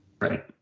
right